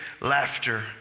laughter